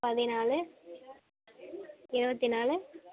பதினாலு இருபத்தி நாலு